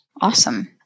Awesome